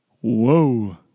Whoa